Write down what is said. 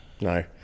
No